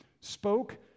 spoke